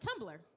tumblr